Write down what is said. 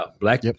black